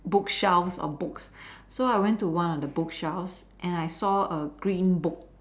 bookshelves of books so I went to one of the bookshelves and I saw a green book